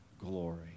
glory